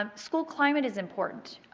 um school climate is important.